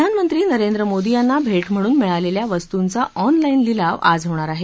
प्रधानमंत्री नरेंद्र मोदी यांना भेट म्हणून मिळालेल्या वस्तूंचा ऑनलाईन लिलाव आज होणार आहे